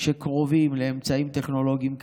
שקרובים לאמצעים טכנולוגיים כאלה,